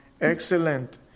excellent